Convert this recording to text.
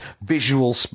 visual